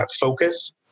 focus